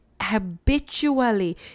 habitually